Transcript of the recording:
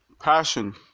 passion